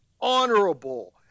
honorable